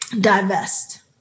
divest